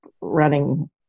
running